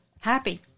happy